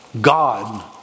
God